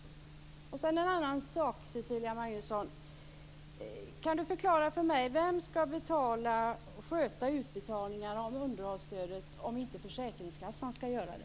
En annan sak, Cecilia Magnusson. Kan du förklara för mig vem som skall sköta utbetalningar av underhållsstödet om inte försäkringskassan skall göra det?